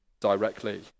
directly